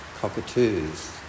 cockatoos